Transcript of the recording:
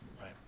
right